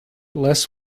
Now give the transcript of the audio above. less